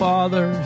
Father